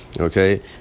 Okay